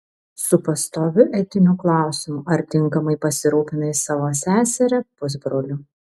su pastoviu etiniu klausimu ar tinkamai pasirūpinai savo seseria pusbroliu